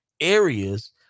areas